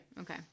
okay